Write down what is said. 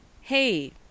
Hey